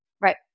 Right